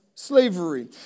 Slavery